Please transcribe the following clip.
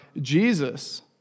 Jesus